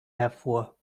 hervor